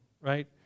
right